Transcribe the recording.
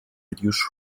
reduce